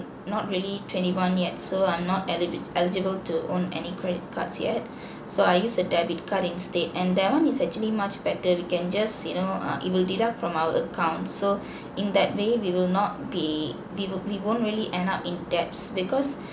not really twenty one yet so I'm not eligi~ eligible to own any credit cards yet so I use a debit card instead and that one is actually much better we can just you know uh it will deduct from our account so in that way we will not be we will we won't really end up in debts because